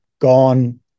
gone